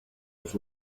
was